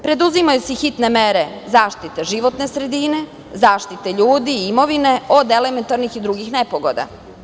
Preduzimaju se hitne mere zaštite životne sredine, zaštite ljudi i imovine od elementarnih i drugih nepogoda.